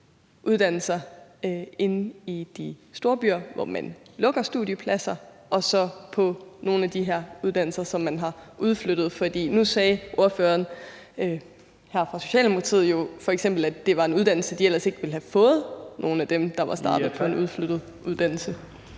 inde i de store byer, hvor man lukker studiepladser, og så på nogle de her uddannelser, som man har udflyttet. Nu sagde ordføreren for Socialdemokratiet jo f.eks., at det var en uddannelse, som nogle af dem, der var startet på en udflyttet uddannelse,